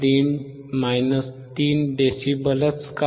3 dB का